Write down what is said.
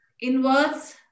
inverse